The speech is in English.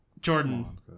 Jordan